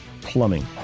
Plumbing